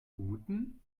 guten